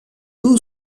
two